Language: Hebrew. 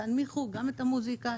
תנמיכו גם את המוזיקה,